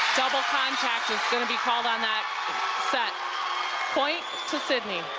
double contact it's going to be called on that set point to sidney.